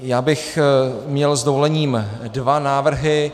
Já bych měl s dovolením dva návrhy.